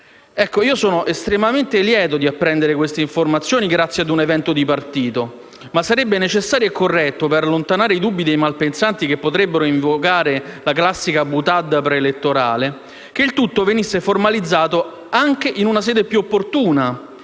io sono estremamente lieto di apprendere queste informazioni grazie a un evento di partito. Ma sarebbe necessario e corretto, per allontanare i dubbi dei malpensanti che potrebbero invocare la classica boutade preelettorale, che il tutto venisse formalizzato anche in una sede più opportuna,